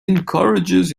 encourages